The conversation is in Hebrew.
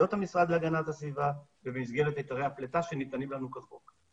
כל יחידה שעובדת על גז טבעי יכולה לעבוד על דלק חלופי,